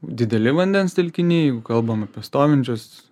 dideli vandens telkiniai jeigu kalbam apie stovinčius